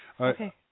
Okay